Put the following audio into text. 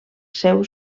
seu